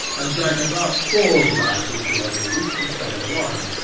and drank about four glasses to a piece instead of one,